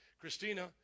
Christina